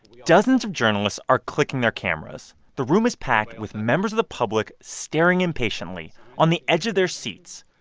dozens of journalists are clicking their cameras. the room is packed with members of the public staring impatiently, on the edge of their seats.